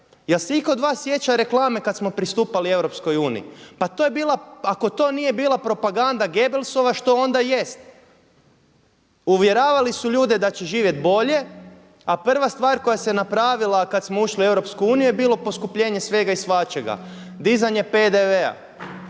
Je li se itko od vas sjeća reklame kada smo pristupali EU? Pa to je bila, ako to nije bila propaganda Gebelsova što onda jest? Uvjeravali su ljude da će živjeti bolje a prva stvar koja se napravila kada smo ušli u EU je bilo poskupljenje svega i svačega, dizanje PDV-a,